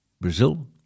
Brazil